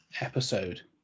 episode